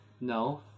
No